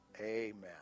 Amen